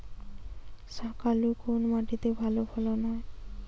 শাকালু কোন মাটিতে ভালো ফলন হয়?